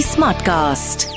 Smartcast